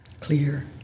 clear